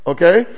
Okay